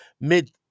mid